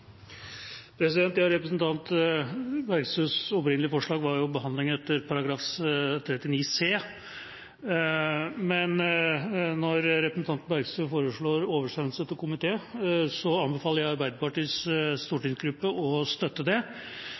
forslag var behandling etter § 39 c, men når representanten Bergstø foreslår oversendelse til komité, anbefaler jeg Arbeiderpartiets stortingsgruppe å støtte det. I tillegg håper jeg at vi kan legge til grunn at dersom det